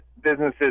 businesses